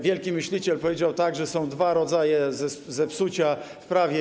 Wielki myśliciel powiedział, że są dwa rodzaje zepsucia w prawie.